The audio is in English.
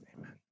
amen